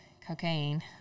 cocaine